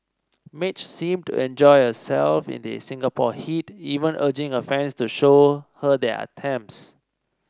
Madge seemed to enjoy herself in the Singapore heat even urging her fans to show her their armpits